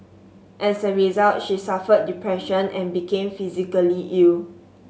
as a result she suffered depression and became physically ill